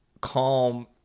calm